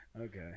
Okay